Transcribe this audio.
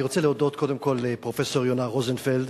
אני רוצה להודות קודם כול לפרופסור יונה רוזנפלד